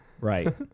right